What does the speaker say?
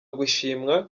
gushimwa